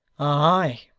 ay!